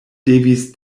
devis